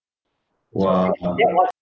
!wah!